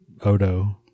Odo